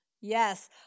Yes